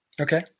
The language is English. Okay